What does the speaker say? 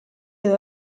edo